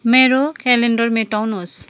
मेरो क्यालेन्डर मेटाउनुहोस्